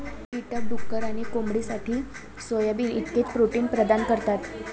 कीटक डुक्कर आणि कोंबडीसाठी सोयाबीन इतकेच प्रोटीन प्रदान करतात